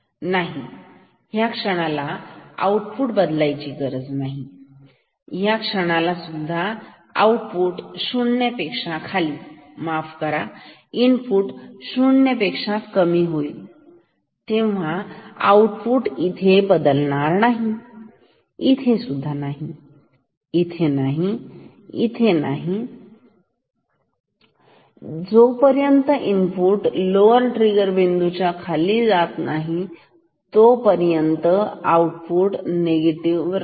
नाहीह्या क्षणाला आउटपुट बदलणार नाही ह्या क्षणाला सुद्धा जर आउटपुट 0 पेक्षा खाली माफ करा इनपुट शून्यपेक्षा कमी होईल तेव्हा आउटपुट इथे बदलणार नाहीइथे सुद्धा नाही इथे नाही फक्त इथे जेव्हा इनपुट लोवर ट्रिगर बिंदूच्या खाली जाईल तेव्हा आउटपुट निगेटिव्ह होईल